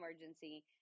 emergency